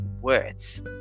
words